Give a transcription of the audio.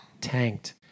Tanked